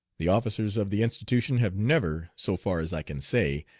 the officers of the institution have never, so far as i can say,